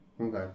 Okay